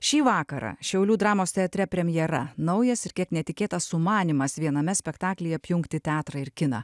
šį vakarą šiaulių dramos teatre premjera naujas ir kiek netikėtas sumanymas viename spektaklyje apjungti teatrą ir kiną